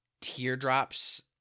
teardrops